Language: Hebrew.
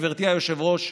גברתי היושבת-ראש,